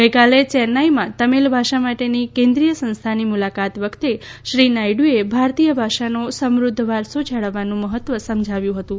ગઈકાલે ચેન્નાઈમાં તમિલ ભાષા માટેની કેન્દ્રીય સંસ્થાની મુલાકાત વખતે શ્રી નાયડુએ ભારતીય ભાષાનો સમૃદ્ધ વારસો જાળવવાનું મહત્વ સમજાવ્યું હતું